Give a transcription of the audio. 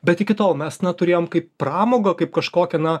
bet iki tol mes na turėjom kaip pramogą kaip kažkokią na